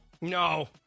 No